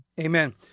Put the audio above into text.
Amen